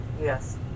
yes